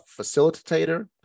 facilitator